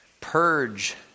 Purge